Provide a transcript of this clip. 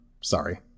Sorry